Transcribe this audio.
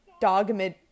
dogma